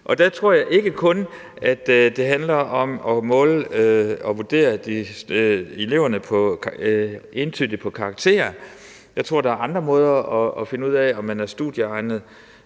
Og der tror jeg ikke kun, at det handler om at måle og vurdere eleverne entydigt på karakterer. Jeg tror, der er andre måder at finde ud af, om man er studieegnet,